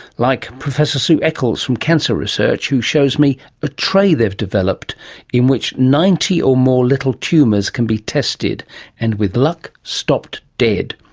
like professor sue eccles from cancer research who shows me a tray they've developed in which ninety or more little tumours can be tested and, with luck, stopped dead.